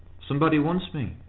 somebody wants me,